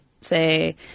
say